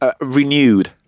renewed